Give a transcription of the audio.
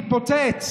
תתפוצץ.